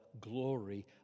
glory